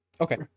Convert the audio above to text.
Okay